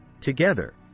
Together